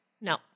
No